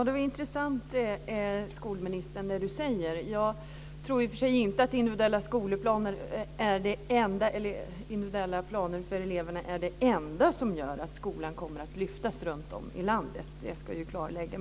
Fru talman! Det skolministern säger var intressant. Jag tror i och för sig inte att individuella planer för eleverna är det enda som gör att skolan kommer att höjas upp runt om i landet. Det vill jag klarlägga.